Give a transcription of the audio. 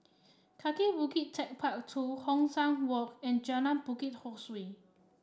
Kaki Bukit TechparK Two Hong San Walk and Jalan Bukit Ho Swee